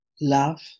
love